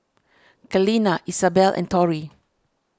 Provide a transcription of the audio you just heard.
Kaleena Isabell and Tori